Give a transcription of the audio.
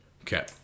Okay